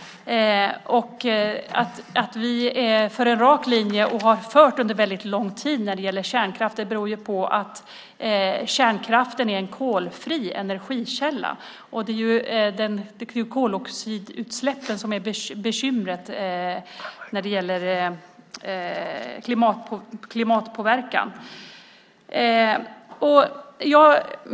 Att vi för en rak linje när det gäller kärnkraften och har gjort det under väldigt lång tid beror på att kärnkraften är en kolfri energikälla, och det är ju koldioxidutsläppen som är bekymret när det gäller klimatpåverkan.